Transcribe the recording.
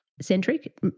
centric